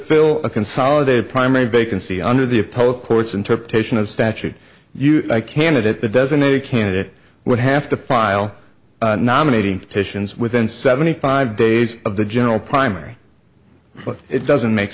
fill a consolidated primary vacancy under the apoel court's interpretation of statute you candidate the designated candidate would have to file nominating titian's within seventy five days of the general primary but it doesn't make